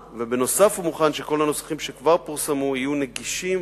ובנוסף הוא מוכן שכל הנוסחים שכבר פורסמו יהיו נגישים,